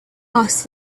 asked